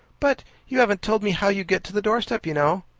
but you haven't told me how you get to the doorstep, you know.